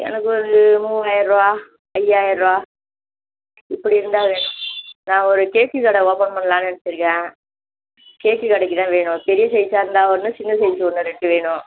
எனக்கு ஒரு மூவாயர ரூபா ஐயாயிர ரூபா இப்படி இருந்தால் வேணும் நான் ஒரு கேக்கு கடை ஓப்பன் பண்ணலான்னு நெனச்சுருக்கேன் கேக்கு கடைக்கு தான் வேணும் பெரிய சைஸாக இருந்தால் ஒன்று சின்ன சைஸ்ஸு ஒன்று ரெண்டு வேணும்